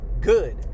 good